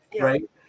right